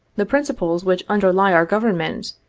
the principles which under lie our government,